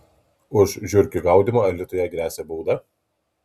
už žiurkių gaudymą alytuje gresia bauda